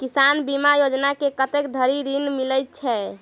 किसान बीमा योजना मे कत्ते धरि ऋण मिलय छै?